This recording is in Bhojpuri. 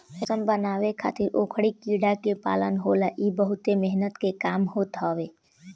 रेशम बनावे खातिर ओकरी कीड़ा के पालन होला इ बहुते मेहनत के काम होत हवे